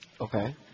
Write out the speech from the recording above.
Okay